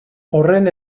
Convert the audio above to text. horren